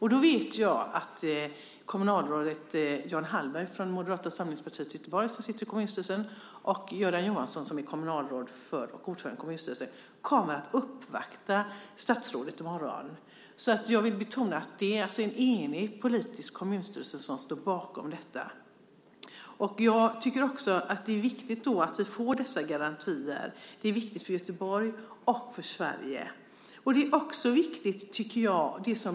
Jag vet att kommunalrådet Jan Hallberg från Moderata samlingspartiet i Göteborg, som sitter i kommunstyrelsen, och Göran Johansson, som är kommunalråd och ordförande i kommunstyrelsen, kommer att uppvakta statsrådet i morgon. Jag vill alltså betona att det är en politiskt enig kommunstyrelse som står bakom detta. Det är viktigt att vi får dessa garantier. Det är viktigt för Göteborg och för Sverige.